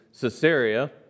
Caesarea